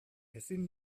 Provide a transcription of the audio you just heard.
ezin